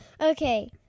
Okay